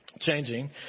Changing